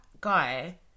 guy